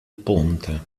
ponte